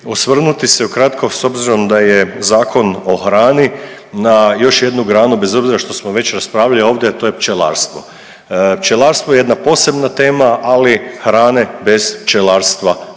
osvrnuti se ukratko s obzirom da je Zakon o hrani na još jednu granu bez obzira što smo već raspravljali ovdje, a to je pčelarstvo. Pčelarstvo je jedna posebna tema, ali hrane bez pčelarstva